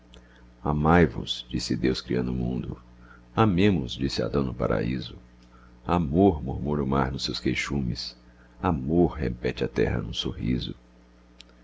amai vos disse deus criando o mundo amemos disse adão no paraíso amor murmura o mar nos seus queixumes amor repete a terra num sorriso